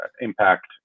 impact